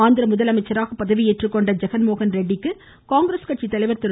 ஆந்திர முதல்வராக பதவியேற்றுக்கொண்ட ஜெகன்மோகன் ரெட்டிக்கு காங்கிரஸ் கட்சி தலைவர் திரு